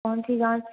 कौन सी जाँच